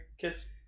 kiss